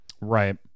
Right